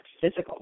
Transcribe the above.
physical